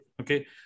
Okay